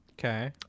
Okay